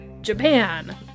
Japan